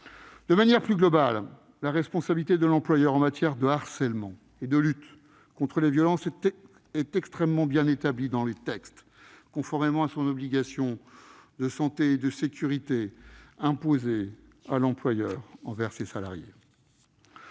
De manière plus globale, la responsabilité de l'employeur en matière de harcèlement et de lutte contre les violences est extrêmement bien établie dans les textes, conformément à l'obligation qui lui est faite de veiller à la santé et la sécurité de ses salariés.